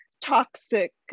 toxic